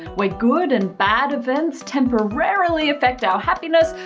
where good and bad events temporarily affect our happiness,